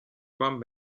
kwam